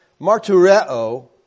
martureo